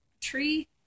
tree